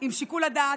עם שיקול הדעת,